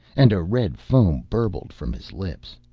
and a red foam bubbled from his lips.